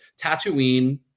Tatooine